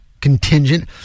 contingent